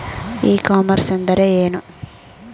E commerce ಎಂದರೆ ಏನು?